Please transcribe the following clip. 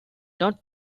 not